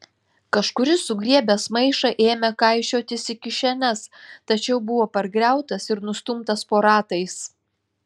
kažkuris sugriebęs maišą ėmė kaišiotis į kišenes tačiau buvo pargriautas ir nustumtas po ratais